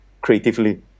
creatively